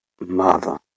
Mother